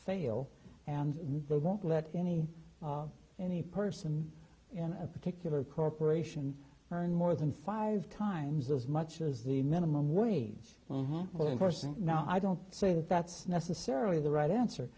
fail and they won't let any any person in a particular corporation earn more than five times as much as the minimum wage home course and now i don't say that that's necessarily the right answer